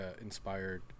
inspired